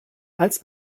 als